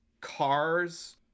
cars